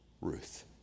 Ruth